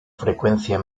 frecuencia